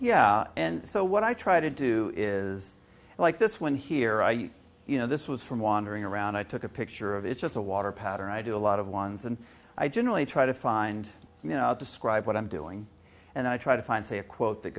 yeah and so what i try to do is like this one here i you know this was from wandering around i took a picture of it just a water pattern i do a lot of ones and i generally try to find out describe what i'm doing and i try to find a quote that